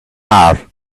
are